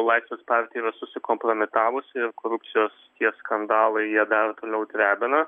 laisvės partija yra susikompromitavusi ir korupcijos skandalai ją dar toliau drebina